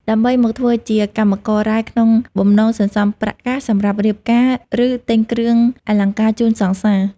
ដើម្បីមកធ្វើជាកម្មកររ៉ែក្នុងបំណងសន្សំប្រាក់កាសសម្រាប់រៀបការ ឬទិញគ្រឿងអលង្ការជូនសង្សារ។